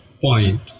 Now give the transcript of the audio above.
point